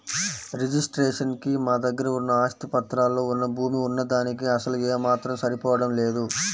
registration కి మా దగ్గర ఉన్న ఆస్తి పత్రాల్లో వున్న భూమి వున్న దానికీ అసలు ఏమాత్రం సరిపోడం లేదు